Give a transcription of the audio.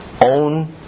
own